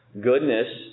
Goodness